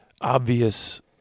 obvious